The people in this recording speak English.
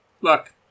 look